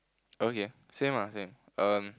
okay same ah same um